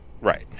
right